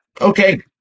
okay